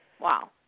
Wow